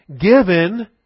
given